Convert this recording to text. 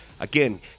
Again